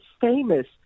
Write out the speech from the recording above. famous